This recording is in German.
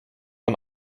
man